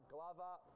Glover